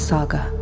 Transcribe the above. Saga